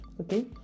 okay